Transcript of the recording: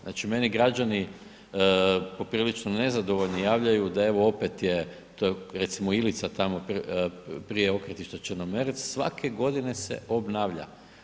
Znači, meni građani poprilično nezadovoljni javljaju da evo opet je recimo Ilica tamo prije okretišta Črnomerec, svake godine se obnavlja.